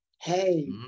Hey